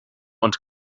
und